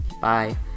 Bye